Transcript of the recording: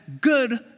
good